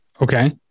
Okay